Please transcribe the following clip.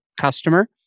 customer